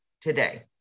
today